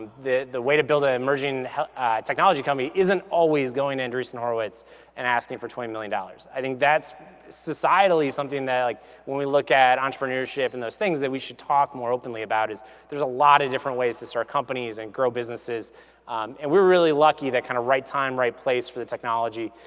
the the way to build an ah emerging technology company isn't always going to andreessen horowitz and asking for twenty million dollars. i think that's societally something that like when we look at entrepreneurship and those things that we should talk more openly about. there's a lot of different ways to start companies and grow businesses and we were really lucky that kind of right time, right place for the technology.